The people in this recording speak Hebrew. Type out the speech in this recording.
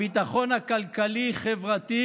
הביטחון הכלכלי-חברתי